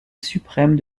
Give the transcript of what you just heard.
suprême